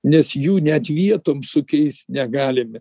nes jų net vietom sukeist negalime